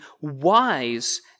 wise